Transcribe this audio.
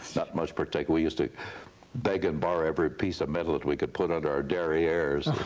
not much protection. we used to beg and borrow every piece of metal that we could put under our derrieres.